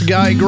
Guy